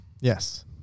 Yes